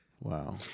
Wow